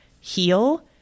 heal